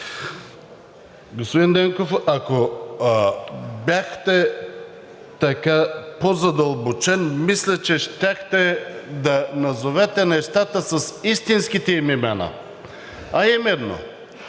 Господин Ненков, ако бяхте по-задълбочен, мисля, че щяхте да назовете нещата с истинските им имена, а именно,